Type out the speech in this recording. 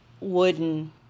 wooden